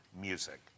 music